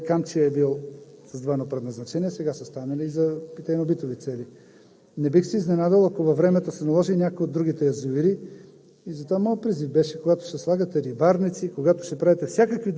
„Тича“ е язовир, който е земеделски, „Ястребино“ е земеделски, той и „Камчия“ е бил с двойно предназначение, сега са станали за питейно-битови цели. Не бих се изненадал, ако във времето се наложи и с някои от другите язовири.